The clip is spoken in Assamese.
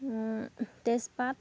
তেজপাত